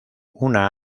una